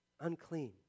unclean